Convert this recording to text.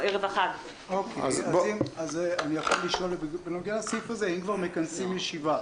אם כבר מכנסים ישיבה,